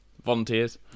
volunteers